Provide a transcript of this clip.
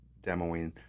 demoing